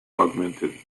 augmented